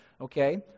okay